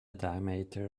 diameter